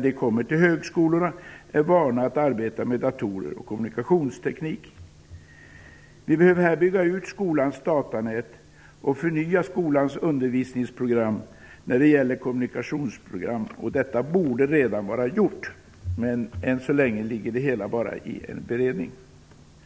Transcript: de kommer till högskolorna är vana att arbeta med datorer och kommunikationsteknik. Vi behöver bygga ut skolans datanät och förnya skolans undervisningprogram när det gäller kommunikation - och detta borde redan vara gjort. Men än så länge ligger det hela bara i en beredning.